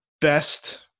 best